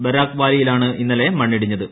Barack ബാലിയിലാണ് ഇന്നലെ മണ്ണിടിഞ്ഞത്